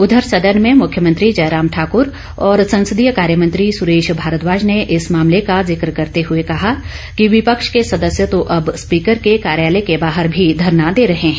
उधर सदन में मुख्यमंत्री जयराम ठाकुर और संसदीय कार्यमंत्री सुरेश भारद्वाज ने इस मामले का जिक्र करते हुए कहा कि विपक्ष के सदस्य तो अब स्पीकर के कार्यालय के बाहर भी धरना दे रहे हैं